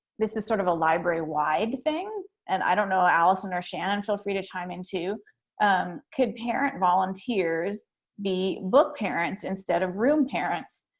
this is sort of a library-wide thing and i don't know, alison or shannon, feel free to chime in too um could parent volunteers be book parents instead of room parents,